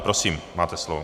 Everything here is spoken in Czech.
Prosím, máte slovo.